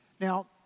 Now